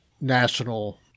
national